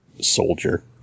soldier